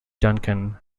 duncan